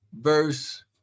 verse